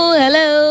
hello